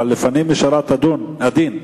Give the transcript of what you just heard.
אבל לפנים משורת הדין.